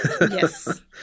Yes